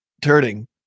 turning